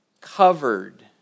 covered